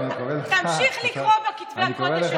תמשיך לקרוא בכתבי הקודש שלך, עדיף.